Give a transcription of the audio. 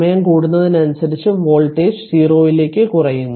സമയം കൂടുന്നതിനനുസരിച്ച് വോൾട്ടേജ് 0 ലേക്ക് കുറയുന്നു